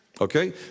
Okay